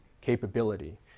capability